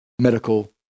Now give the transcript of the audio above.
Medical